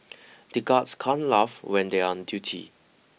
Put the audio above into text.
the guards can't laugh when they are on duty